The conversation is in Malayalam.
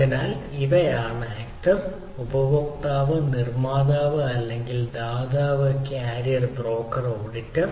അതിനാൽ ഇവരാണ് ആക്ടർ ഉപഭോക്താവ് നിർമ്മാതാവ് അല്ലെങ്കിൽ ദാതാവ് കാരിയർ ബ്രോക്കർ ഓഡിറ്റർ